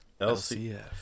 LCF